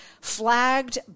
flagged